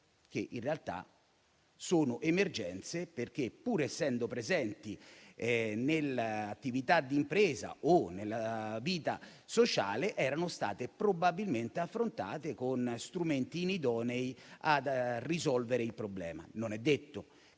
mesi ed altre in realtà, pur essendo presenti nell'attività d'impresa o nella vita sociale, erano state probabilmente affrontate con strumenti inidonei a risolvere i problemi. Non è detto che